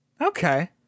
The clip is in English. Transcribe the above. Okay